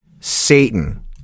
Satan